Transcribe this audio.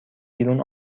بیرون